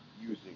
using